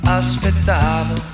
aspettavo